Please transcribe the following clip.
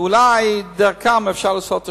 שאולי דרכם אפשר לעשות השתלות.